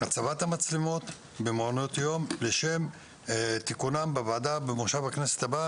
הצבת המצלמות במעונות יום לשם תיקונם בוועדה במושב הכנסת הבא,